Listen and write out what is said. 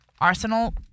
Arsenal